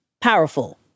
powerful